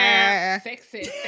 Sexy